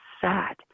sad